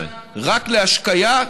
רק להשקיה,